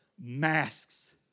masks